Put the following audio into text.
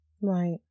Right